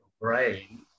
Brain